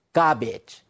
garbage